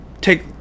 Take